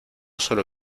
solo